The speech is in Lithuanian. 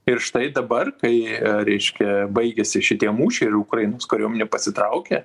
ir štai dabar kai reiškia baigėsi šitie mūšiai ir ukrainos kariuomenė pasitraukė